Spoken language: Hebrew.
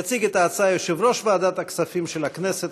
יציג את ההצעה יושב-ראש ועדת הכספים של הכנסת,